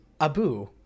Abu